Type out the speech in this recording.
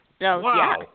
Wow